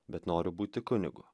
bet noriu būti kunigu